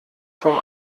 vom